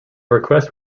request